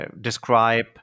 describe